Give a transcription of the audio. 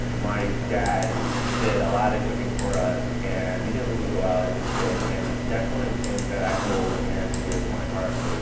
my dad did a lot of cooking for us and we didn't really go out as a kid, and that's one of the things that i hold near and dear to my heart.